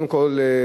קודם כול,